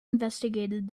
investigated